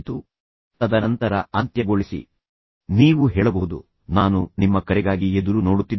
ತದನಂತರ ಭರವಸೆಯ ಅರ್ಥದಲ್ಲಿ ನೀಡಿ ಅಥವಾ ಅಂತ್ಯಗೊಳಿಸಿ ನೀವು ಹೇಳಬಹುದು ನಾನು ನಿಮ್ಮ ಕರೆಗಾಗಿ ಎದುರು ನೋಡುತ್ತಿದ್ದೇನೆ